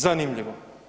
Zanimljivo.